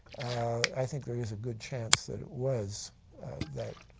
i think there is a good chance that it was that.